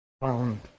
found